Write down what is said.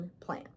plan